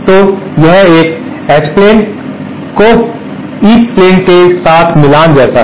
तो यह एक एच प्लेन टी को ई प्लेन टी के मिलान जैसा है